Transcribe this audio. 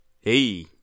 Hey